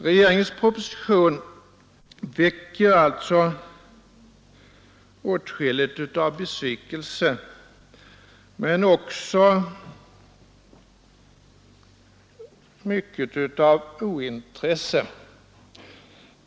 Regeringens proposition väcker alltså åtskilligt av besvikelse men också mycket av ointresse.